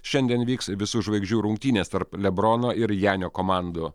šiandien vyks visų žvaigždžių rungtynės tarp lebrono ir janio komandų